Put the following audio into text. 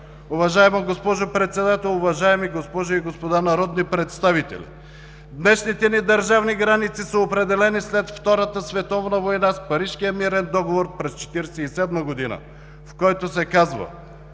Уважаема госпожо Председател, уважаеми госпожи и господа народни представители! Днешните ни държавни граници са определени след Втората световна война с Парижкия мирен договор през 1947 г., в който се казва: